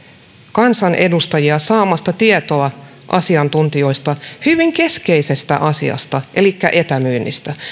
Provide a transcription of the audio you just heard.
kansanedustajia saamasta tietoa asiantuntijoilta hyvin keskeisestä asiasta elikkä etämyynnistä